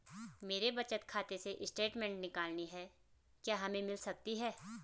मेरे बचत खाते से स्टेटमेंट निकालनी है क्या हमें मिल सकती है?